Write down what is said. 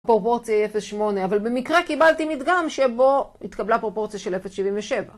פרופורציה 0.8 אבל במקרה קיבלתי מדגם שבו התקבלה פרופורציה של 0.77